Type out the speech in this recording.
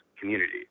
community